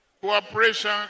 cooperation